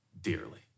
dearly